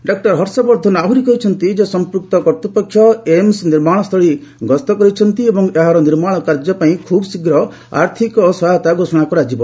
doctor Harshvardhan ଆହୁରି କହିଛନ୍ତି ସମ୍ପୃକ୍ତ କର୍ତ୍ତୃପକ୍ଷ ଏମ୍ସ୍ ନିର୍ମାଣସ୍ଥଳୀ ଗସ୍ତ କରିଛନ୍ତି ଏବଂ ଏହାର ନିର୍ମାଣ କାର୍ଯ୍ୟ ପାଇଁ ଖୁବ୍ ଶୀଘ୍ର ଆର୍ଥକ ସହାୟତା ଘୋଷଣା କରାଯିବ